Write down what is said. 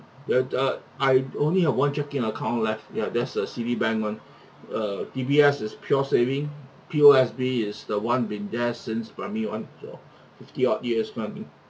uh uh I only have one checking account left ya that's the Citibank one uh D_B_S is pure saving P_O_S_B is the one been there since primary one so fifty odd years one